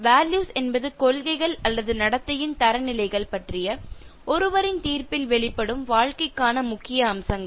values என்பது கொள்கைகள் அல்லது நடத்தையின் தரநிலைகள் பற்றிய ஒருவரின் தீர்ப்பில் வெளிப்படும் வாழ்க்கைக்கான முக்கிய அம்சங்கள்